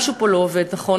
משהו פה לא עובד נכון.